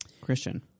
Christian